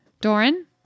Doran